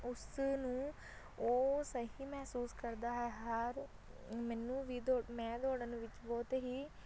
ਉਸ ਨੂੰ ਉਹ ਸਹੀ ਮਹਿਸੂਸ ਕਰਦਾ ਹੈ ਹਰ ਮੈਨੂੰ ਵੀ ਦੌ ਮੈਂ ਦੌੜਨ ਵਿੱਚ ਬਹੁਤ ਹੀ